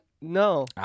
No